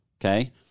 okay